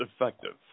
effective